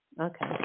Okay